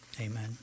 Amen